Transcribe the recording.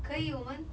可以我们